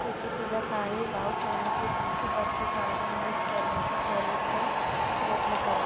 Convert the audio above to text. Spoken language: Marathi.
बचतीला काही वाव ठेवण्याचे तुमचे अर्थकारण नीट करण्याचे सर्वोत्तम प्रयत्न करा